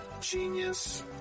Genius